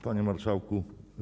Panie Marszałku!